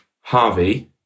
Harvey